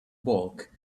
bulk